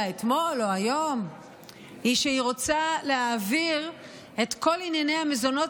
אתמול או היום היא שהיא רוצה להעביר את כל ענייני המזונות